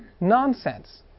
Nonsense